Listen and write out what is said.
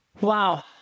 Wow